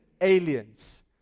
aliens